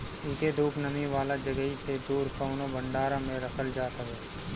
एके धूप, नमी वाला जगही से दूर कवनो भंडारा में रखल जात हवे